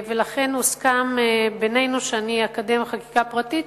ולכן הוסכם בינינו שאני אקדם חקיקה פרטית